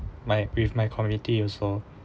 my with my community also